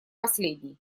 последний